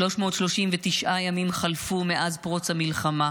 339 ימים חלפו מאז פרוץ המלחמה.